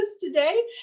today